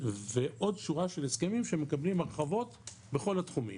ועוד שורה של הסכמים שמקבלים הרחבות בכל התחומים.